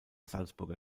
salzburger